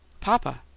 Papa